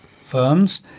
firms